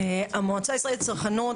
המועצה הישראלית לצרכנות,